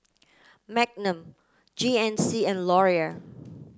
Magnum G N C and Laurier